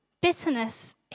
Bitterness